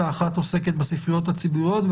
אחת עוסקת בספריות הציבוריות,